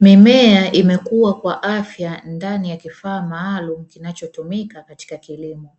Mimea imekuwa kwa afya ndani ya kifaa maalumu kinachotumika katika kilimo.